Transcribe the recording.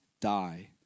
die